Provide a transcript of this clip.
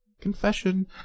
confession